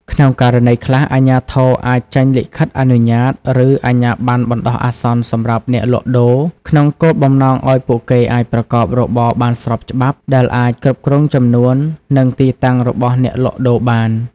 ក្នុងករណីខ្លះ អាជ្ញាធរអាចចេញលិខិតអនុញ្ញាត ឬអាជ្ញាប័ណ្ណបណ្តោះអាសន្នសម្រាប់អ្នកលក់ដូរ ក្នុងគោលបំណងឱ្យពួកគេអាចប្រកបរបរបានស្របច្បាប់ ដែលអាចគ្រប់គ្រងចំនួន និងទីតាំងរបស់អ្នកលក់ដូរបាន ។